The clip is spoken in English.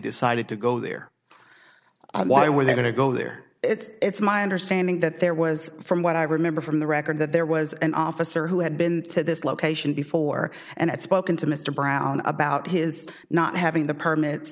decided to go there why were they going to go there it's my understanding that there was from what i remember from the record that there was an officer who had been to this location before and it spoken to mr brown about his not having the permits